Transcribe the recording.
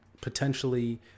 potentially